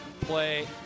play